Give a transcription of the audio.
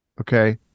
okay